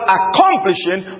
accomplishing